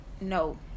no